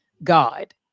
God